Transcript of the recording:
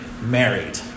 married